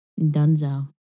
Dunzo